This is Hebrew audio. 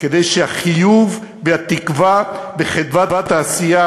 כדי שהחיוב והתקווה וחדוות העשייה